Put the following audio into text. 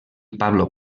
pablo